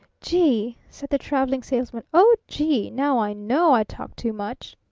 gee! said the traveling salesman. oh, gee! now i know i talk too much!